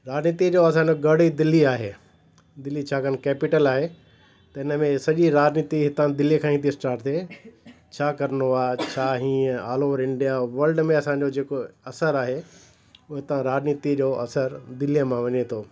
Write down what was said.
राजनीति जो असांजो गड़ ई दिल्ली आहे दिल्ली छाकाणि कैपिटल आहे त इन में सॼी राजनीति हितां दिल्ली खां ई स्टाट थिए छा करिणो आहे छा हीअं ऑल ओवर इंडिया वल्ड में असांजो जेको असर आहे हो हितां राजनीति जो असर दिल्लीअ मां वञे थो